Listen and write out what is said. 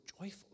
joyful